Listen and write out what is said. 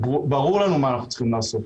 ברור לנו מה אנחנו צריכים לעשות.